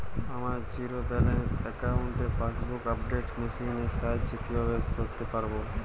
আমার zero balance অ্যাকাউন্টে passbook update machine এর সাহায্যে কীভাবে করতে পারব?